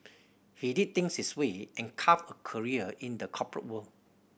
he did things his way and carved a career in the corporate world